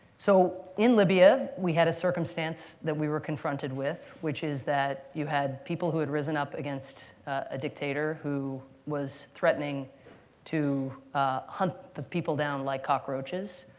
so in libya, we had a circumstance that we were confronted with, which is that you had people who had risen up against a dictator who was threatening to hunt the people down like cockroaches,